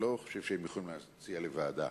אני לא חושב שהם יכולים להציע לוועדה.